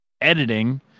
editing